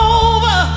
over